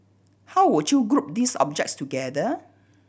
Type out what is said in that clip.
how would you group these objects together